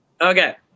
Okay